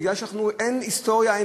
מכיוון שאין היסטוריה,